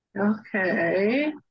okay